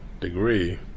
degree